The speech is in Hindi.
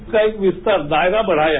इसका एक विस्तार दायरा बढ़ाया